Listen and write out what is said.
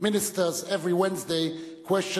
ministers every Wednesday questions